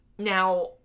Now